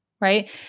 Right